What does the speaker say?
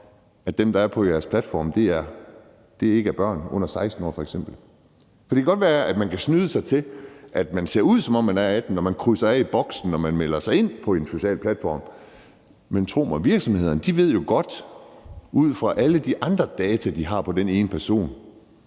at dem, der er på jeres platforme, ikke er børn under 16 år? For det kan godt være, at man kan snyde, og at det kan se ud, som om man er 18 år, hvis man krydser det af i boksen, når man tilmelder sig en social platform. Men tro mig: Ud fra alle de andre data, de har på en, ved